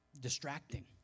distracting